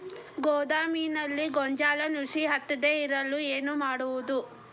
ಗೋದಾಮಿನಲ್ಲಿ ಗೋಂಜಾಳ ನುಸಿ ಹತ್ತದೇ ಇರಲು ಏನು ಮಾಡುವುದು?